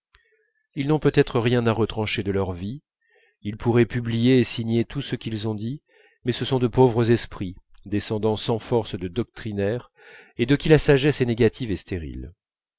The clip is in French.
ils n'ont peut-être rien à retrancher de leur vie ils pourraient publier et signer tout ce qu'ils ont dit mais ce sont de pauvres esprits descendants sans force de doctrinaires et de qui la sagesse est négative et stérile